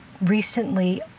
recently